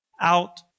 out